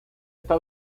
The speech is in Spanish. está